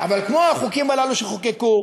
אבל כמו החוקים הללו שחוקקו,